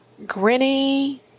Grinny